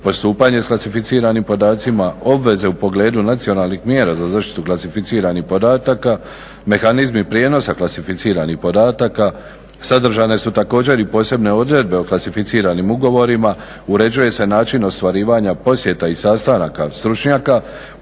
postupanje s klasificiranim podacima, obveze u pogledu nacionalnih mjera za zaštitu klasificiranih podataka, mehanizmi prijenosa klasificiranih podataka. Sadržane su također i posebne odredbe o klasificiranim ugovorima, uređuje se način ostvarivanja posjeta i sastanaka stručnjaka,